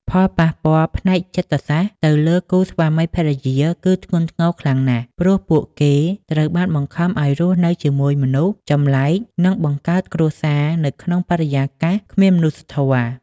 ផលប៉ះពាល់ផ្នែកចិត្តសាស្ត្រទៅលើគូស្វាមីភរិយាគឺធ្ងន់ធ្ងរខ្លាំងណាស់ ព្រោះពួកគេត្រូវបានបង្ខំឱ្យរស់នៅជាមួយមនុស្សចម្លែកនិងបង្កើតគ្រួសារនៅក្នុងបរិយាកាសគ្មានមនុស្សធម៌។